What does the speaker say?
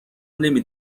نمی